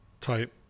type